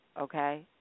okay